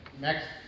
next